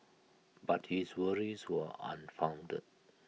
but his worries were unfounded